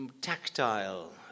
tactile